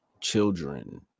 children